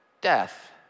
death